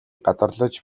гадарлаж